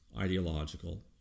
ideological